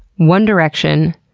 one direction.